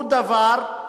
הוא דבר,